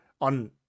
On